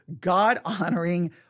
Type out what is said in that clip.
God-honoring